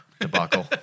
debacle